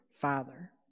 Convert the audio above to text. Father